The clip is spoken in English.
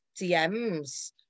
DMs